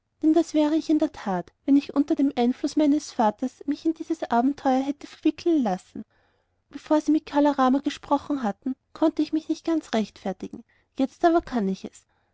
das wäre ich in der tat wenn ich unter dem einfluß meines vetters mich in dieses abenteuer hätte verwickeln lassen bevor sie mit kala rama gesprochen hatten konnte ich mich nicht ganz rechtfertigen jetzt aber kann ich es